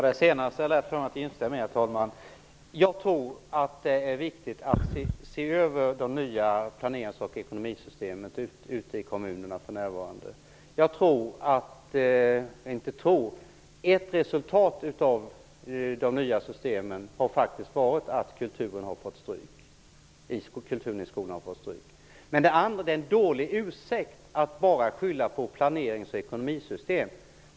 Herr talman! Det senaste är det lätt att instämma i. Jag tror att det är viktigt att vi ser över de nya planerings och ekonomisystemen i kommunerna. Ett resultat av de nya systemen har faktiskt blivit att kulturen i skolan har fått stryk. Det är emellertid en dålig ursäkt att bara skylla på planerings och ekonomisystem.